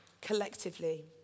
collectively